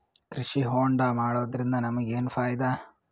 ಕೃಷಿ ಹೋಂಡಾ ಮಾಡೋದ್ರಿಂದ ನಮಗ ಏನ್ ಫಾಯಿದಾ?